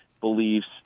beliefs